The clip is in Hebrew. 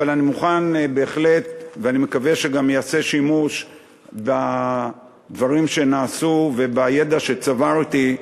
אבל אני מוכן ואני מקווה שגם ייעשה שימוש בדברים שנעשו ובידע שצברתי,